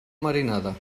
marinada